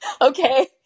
Okay